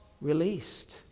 released